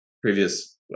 previous